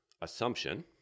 assumption